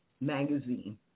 magazine